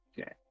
Okay